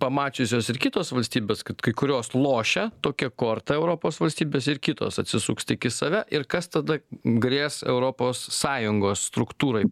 pamačiusios ir kitos valstybės kad kai kurios lošia tokia korta europos valstybės ir kitos atsisuks tik į save ir kas tada grės europos sąjungos struktūrai